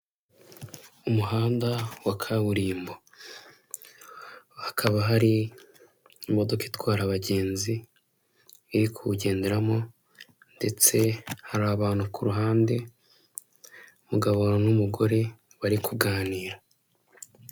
Umuhanda wa kaburimbo hakaba hari imodoka itwara abagenzi, iri kuwugenderamo ndetse hari abantu ku ruhande umugabo n'umugore bari kuganira.